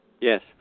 Yes